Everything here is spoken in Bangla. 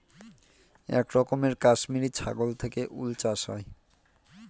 এক রকমের কাশ্মিরী ছাগল থেকে উল চাষ হয়